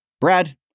Brad